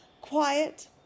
quiet